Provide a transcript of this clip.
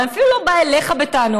אבל אני אפילו לא באה אליך בטענות,